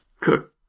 Cook